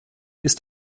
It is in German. ist